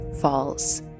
falls